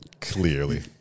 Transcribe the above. Clearly